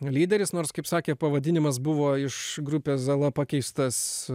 lyderis nors kaip sakė pavadinimas buvo iš grupės žala pakeistas